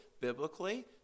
biblically